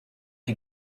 you